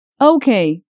Okay